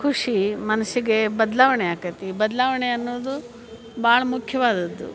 ಖುಷಿ ಮನಸ್ಸಿಗೆ ಬದಲಾವಣೆ ಆಕತಿ ಬದಲಾವಣೆ ಅನ್ನುವುದು ಭಾಳ ಮುಖ್ಯವಾದದ್ದು